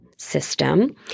system